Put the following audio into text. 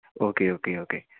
okay okay okay